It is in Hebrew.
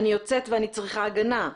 אני יוצאת ואני צריכה הגנה."